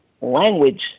language